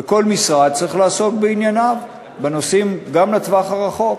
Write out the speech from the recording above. וכל משרד צריך לעסוק בענייניו בנושאים גם לטווח הרחוק.